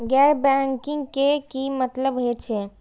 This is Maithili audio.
गैर बैंकिंग के की मतलब हे छे?